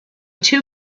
two